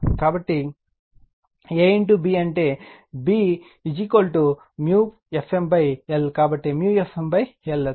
కాబట్టి A B అంటే B Fm l కాబట్టి Fm l